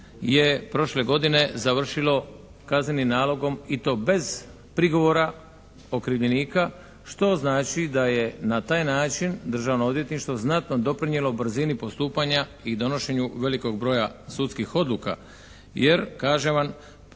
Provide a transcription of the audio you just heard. je prošle godine završilo kaznenim nalogom i to bez prigovora okrivljenika, što znači da je na taj način Državno odvjetništvo znatno doprinijelo brzini postupanja i donošenju velikog broja sudskih odluka. Jer kažem vam